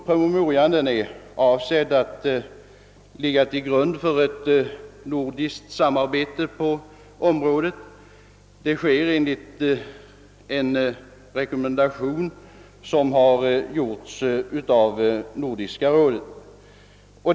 Promemorian är avsedd att ligga till grund för ett nordiskt samarbete på området enligt en rekommendation av Nordiska rådet.